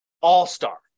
all-star